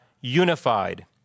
unified